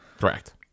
Correct